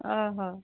ଅଃ ହ